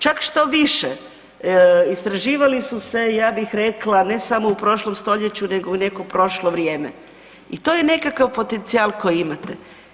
Čak što više istraživali su se ja bih rekla ne samo u prošlom stoljeću, nego i u neko prošlo vrijeme i to je nekakav potencijal koji imate.